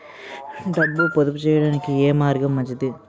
డబ్బు పొదుపు చేయటానికి ఏ మార్గం మంచిది?